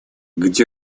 где